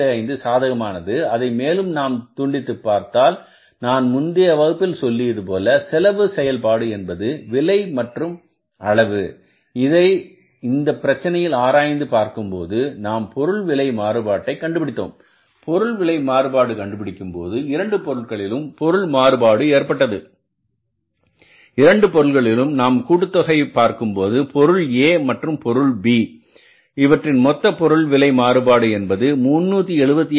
25 சாதகமானது அதை மேலும் நாம் துண்டித்து பார்த்தால் நான் முந்தய வகுப்பில் சொல்லியது போல செலவு செயல்பாடு என்பது விலை மற்றும் அளவு அதை இந்த பிரச்சனையில் ஆராய்ந்து பார்க்கும்போது நாம் பொருள் விலை மாறுபாட்டை கண்டுபிடித்தோம் பொருள் விலை மாறுபாடு கண்டுபிடிக்கும் போது இரண்டு பொருட்களிலும் பொருள் மாறுபாடு ஏற்பட்டது இரண்டு பொருட்களிலும் நாம் கூட்டுத்தொகை பார்க்கும்போது பொருள் A மற்றும் B இவற்றின் மொத்த பொருள் விலை மாறுபாடு என்பது 376